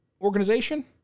organization